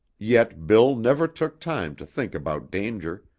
yet bill never took time to think about danger,